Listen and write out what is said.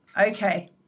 okay